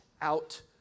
out